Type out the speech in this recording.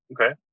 Okay